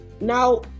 Now